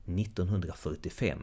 1945